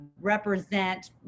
represent